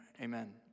amen